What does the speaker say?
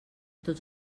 tots